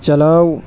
چلاؤ